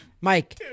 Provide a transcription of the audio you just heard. Mike